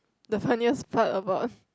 the funniest part about